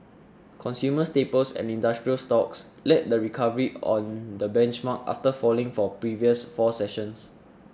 consumer staples and industrial stocks led the recovery on the benchmark after falling for previous four sessions